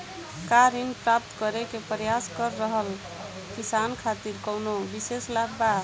का ऋण प्राप्त करे के प्रयास कर रहल किसान खातिर कउनो विशेष लाभ बा?